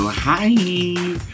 Hi